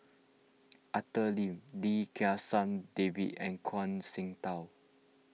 Arthur Lim Lim Kim San David and Zhuang Shengtao